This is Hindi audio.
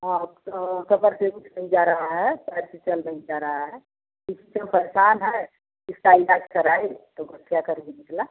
हाँ और कमर से उठ नहीं जा रहा है पैर से चल नहीं जा रहा है इससे हम परेशान हैं इसका इलाज कराए तो गठिया का रोग निकला